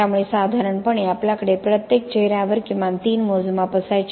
त्यामुळे साधारणपणे आपल्याकडे प्रत्येक चेहऱ्यावर किमान तीन मोजमाप असायचे